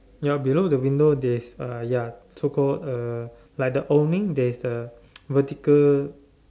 ya below the window there's uh ya so called uh like the owning there's a vertical